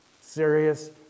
Serious